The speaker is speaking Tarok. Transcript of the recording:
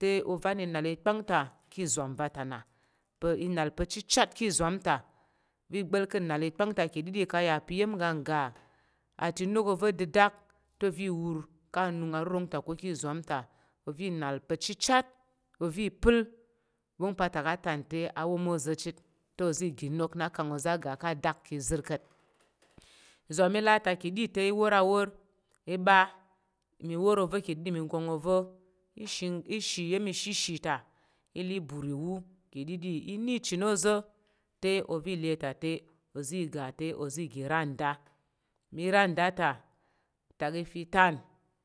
te ovan i nàl ikpang ta ki izwam va ta na pa̱ i nàl pa̱ chichat ki izwam nta ovi gba̱l ka̱ nnàl ikpang ta ki ɗiɗi ka̱ a ya pa̱ iya̱m ga ngga a ti inok ova̱ dədak ta ozi i wur ka anung rurong va̱ ta ko ki izwam ta ovi i nàl pa̱ chichat, ovi i pəl wong pa̱ atak a tan te a wom oza̱ chit te ozi ga inok na kang oza̱ a ga ka adak ki izər ka̱t. Izwam i la ta ki ɗi te i wor awor i ɓa mi wor oza̱ ki ɗi mi gwang ova̱ i shing i shi iya̱m i shishi ta i le i bur iwu ki ɗiɗi i le i na ichən ôza̱. Te oza̱ i le ta te, oza̱ i ga te oza̱ igi ra nda, mi ra nda ta tak ife tan